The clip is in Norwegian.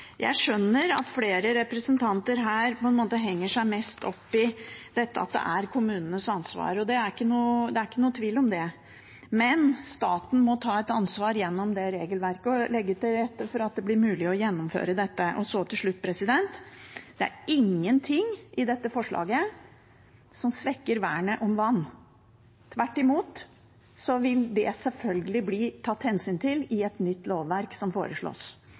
kommunenes ansvar, og det er ikke noen tvil om det. Men staten må ta et ansvar gjennom regelverket og legge til rette for at det blir mulig å gjennomføre dette. Til slutt: Det er ingen ting i dette forslaget som svekker vernet om vann. Tvert imot, det vil selvfølgelig bli tatt hensyn til i et nytt lovverk som foreslås.